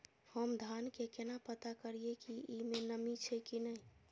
हम धान के केना पता करिए की ई में नमी छे की ने?